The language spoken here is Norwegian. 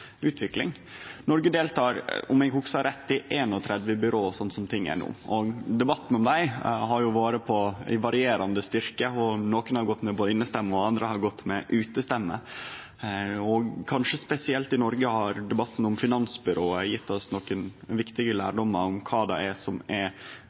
utvikling. Noreg deltar – om eg hugsar rett – i 31 byrå slik ting er no. Debattane om dei har vore varierande i styrke – og nokre har gått med innestemme, og andre har gått med utestemme. Og kanskje spesielt i Noreg har debatten om finansbyrået gjeve oss nokre viktige